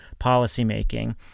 policymaking